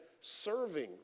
serving